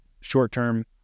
Short-term